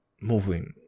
moving